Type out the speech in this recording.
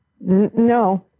No